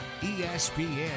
espn